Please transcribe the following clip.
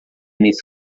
nesse